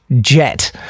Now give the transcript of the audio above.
jet